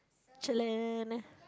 chilling